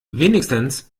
wenigstens